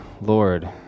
Lord